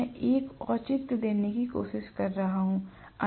मैं एक औचित्य देने की कोशिश कर रहा हूं